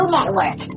Network